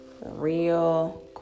real